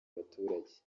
baturage